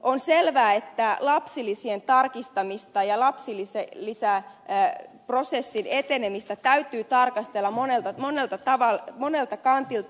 on selvää että lapsilisien tarkistamista ja lapsilisäprosessin etenemistä täytyy tarkastella monelta kantilta